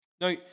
Now